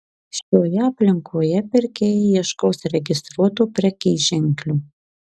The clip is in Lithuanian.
šioje aplinkoje pirkėjai ieškos registruotų prekyženklių